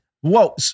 Whoa